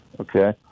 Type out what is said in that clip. Okay